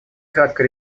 кратко